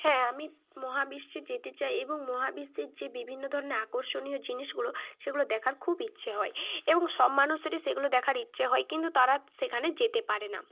হ্যাঁ আমি মহাবিশ্বে যেতে চাই এবং মহাবিশ্বের যে বিভিন্ন ধরনের আকর্ষণীয় জিনিসগুলো সেগুলো দেখার খুব ইচ্ছে হয় এবং সব মানুষেরই সেগুলো দেখার ইচ্ছে হয় কিন্তু তারা সেখানে যেতে পারে না